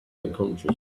unconscious